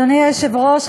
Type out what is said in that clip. אדוני היושב-ראש,